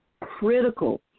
critical